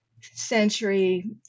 century